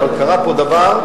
אבל קרה פה דבר,